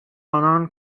آنان